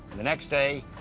the next day,